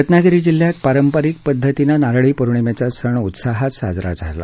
रत्नागिरी जिल्ह्यात पारंपरिक पद्धतीनं नारळी पौर्णिमेचा सण उत्साहात साजरा करण्यात आला